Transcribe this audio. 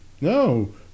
No